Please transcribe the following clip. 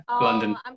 London